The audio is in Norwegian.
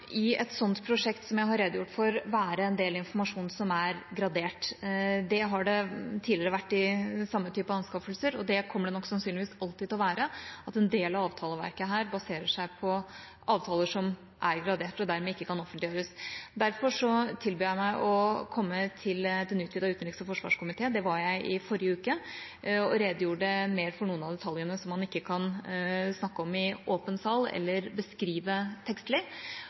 i et sånt prosjekt som jeg har redegjort for, være en del informasjon som er gradert. Det har det tidligere vært i samme type anskaffelser, og det kommer det nok sannsynligvis alltid til å være, at en del av avtaleverket her baserer seg på avtaler som er gradert og dermed ikke kan offentliggjøres. Derfor tilbyr jeg meg å komme til den utvidede utenriks- og forsvarskomité – der var jeg i forrige uke og redegjorde mer for noen av detaljene man ikke kan snakke om i åpen sal eller beskrive tekstlig.